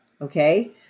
Okay